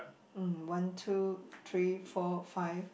mm one two three four five